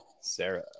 Sarah